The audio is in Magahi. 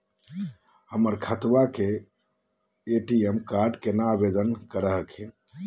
हमर खतवा के ए.टी.एम कार्ड केना आवेदन हखिन?